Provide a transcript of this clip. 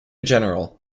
general